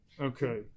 Okay